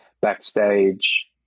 backstage